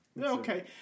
Okay